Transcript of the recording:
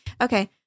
Okay